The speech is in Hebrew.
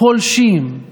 פולשים,